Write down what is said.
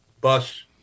bus